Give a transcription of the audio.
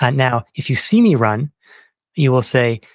and now, if you see me run you will say,